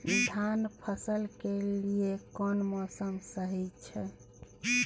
धान फसल के लिये केना मौसम सही छै?